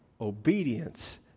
obedience